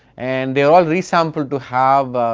and they are all resampled to have